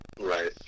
Right